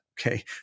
okay